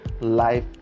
life